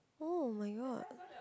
oh-my-god